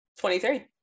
23